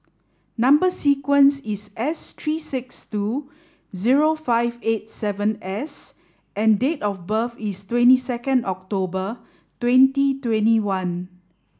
number sequence is S three six two zero five eight seven S and date of birth is twenty second October twenty twenty one